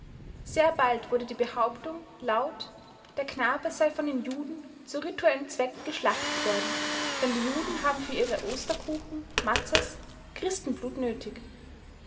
sehr bald wurde die behauptung hauptung laut der knabe sei von den juden zu rituellen zwecken geschlachtet worden denn die juden haben für ihre osterkuchen